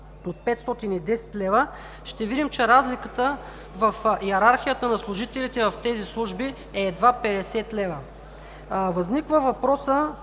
от 510 лв., ще видим, че разликата в йерархията на служителите в тези служби е едва 50 лв. Възниква въпросът: